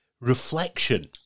reflection